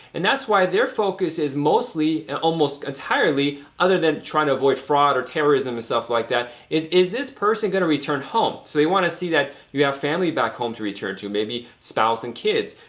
and that's why their focus is mostly and almost entirely, other than trying to avoid fraud or terrorism and stuff like that, is, is this person going to return home? so they want to see that you have family back home to return to maybe spouse and kids,